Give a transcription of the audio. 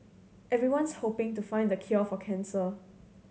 everyone's hoping to find the cure for cancer